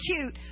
cute